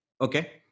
Okay